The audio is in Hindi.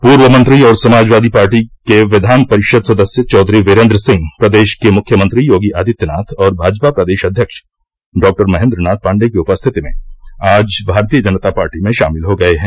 पूर्व मंत्री और समाजवादी पार्टी के विद्यान परिषद सदस्य चौधरी वीरेन्द सिंह प्रदेश के मुख्यमंत्री योगी आदित्यनाथ और भाजपा प्रदेश अध्यक्ष डॉक्टर महेन्द्र नाथ पाण्डेय की उपस्थिति में आज भारतीय जनता पार्टी में शामिल हो गये हैं